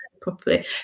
properly